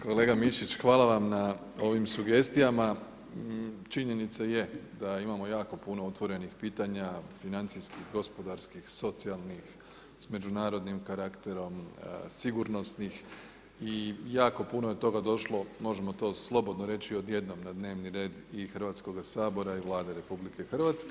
Kolega Mišić, hvala vam na ovim sugestijama, činjenica je da imamo jako puno otvornih pitanja, financijskih, gospodarskih, socijalnih s međunarodnim karakterom, sigurnosnih i jako puno je toga došlo, možemo to slobodno reći odjednom na dnevni red i Hrvatskoga sabora i Vlade RH.